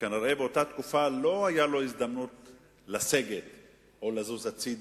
שכנראה באותה תקופה לא היתה לו הזדמנות לסגת או לזוז הצדה,